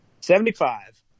Seventy-five